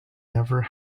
never